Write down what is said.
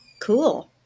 Cool